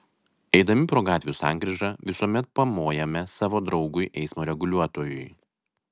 eidami pro gatvių sankryžą visuomet pamojame savo draugui eismo reguliuotojui